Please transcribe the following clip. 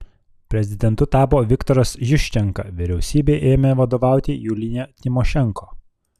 prezidentu tapo viktoras juščenka vyriausybei ėmė vadovauti julija timošenko